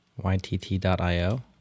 YTT.io